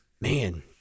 man